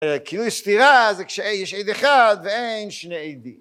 כאילו יש סתירה זה כשיש עד אחד ואין שני עדים